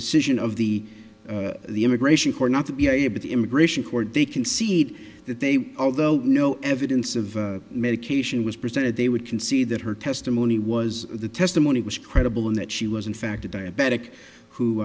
decision of the the immigration court not to be able the immigration court they concede that they although no evidence of medication was presented they would concede that her testimony was the testimony was credible in that she was in fact a diabetic who